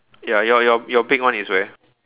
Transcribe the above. ya your your your big one is where